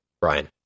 Brian